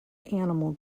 animal